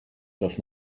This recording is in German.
das